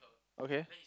okay